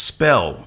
Spell